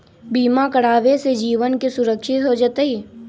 बीमा करावे से जीवन के सुरक्षित हो जतई?